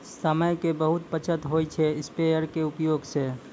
समय के बहुत बचत होय छै स्प्रेयर के उपयोग स